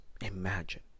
imagine